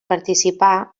participà